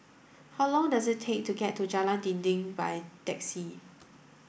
how long does it take to get to Jalan Dinding by taxi